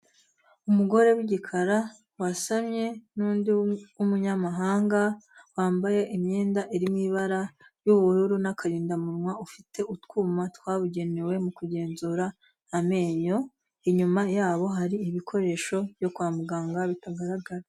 Umugore w'igikara wasamye n'undi w'umunyamahanga wambaye imyenda iri mu ibara ry'ubururu n'akarindamuwa ufite utwuma twabugenewe mu kugenzura amenyo, inyuma yabo hari ibikoresho byo kwa muganga bitagaragara.